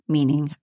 Meaning